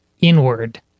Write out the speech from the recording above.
inward